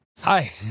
Hi